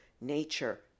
nature